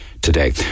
today